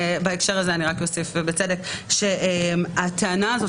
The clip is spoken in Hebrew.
בהקשר הזה אני רק אוסיף שהטענה הזאת